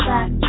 Back